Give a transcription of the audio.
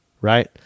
right